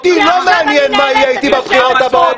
כי אותי לא מעניין מה יהיה איתי בבחירות הבאות,